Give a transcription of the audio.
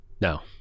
No